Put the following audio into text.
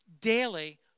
daily